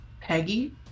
Peggy